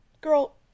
girl